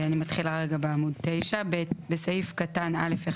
אני מתחילה רגע בעמוד 9. (ב) בסעיף קטן (א1),